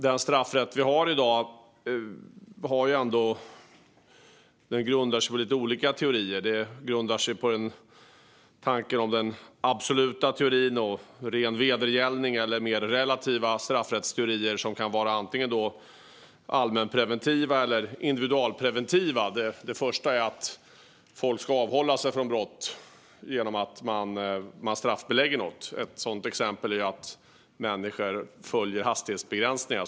Den straffrätt vi har i dag grundas på lite olika teorier. Den grundas på den absoluta teorin, ren vedergällning, eller på mer relativa straffrättsteorier som kan vara antingen allmänpreventiva eller individualpreventiva. Det första betyder att folk ska avhålla sig från att begå brott genom att det straffbeläggs. Ett sådant exempel är hastighetsbegränsningar.